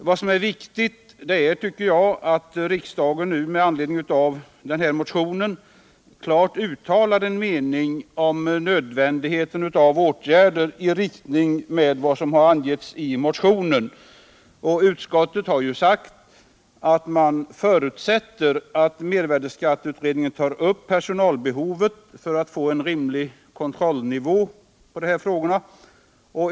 Det viktiga är, tycker jag, att riksdagen med anledning av motionen klart uttalar att åtgärder i riktning mot vad som har angivits i motionen är nödvändiga. Utskottet har också sagt att man förutsätter att mer värdeskatteutredningen kommer att belysa personalbehovet för att nå — Nr 11 en rimlig kontrollnivå.